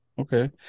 Okay